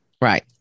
Right